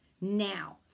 now